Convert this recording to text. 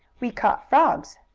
we caught frogs.